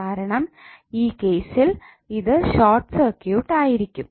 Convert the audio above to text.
കാരണം ഈ കേസിൽ ഇത് ഷോർട്ട് സർക്യൂട്ട് ആയിരിക്കും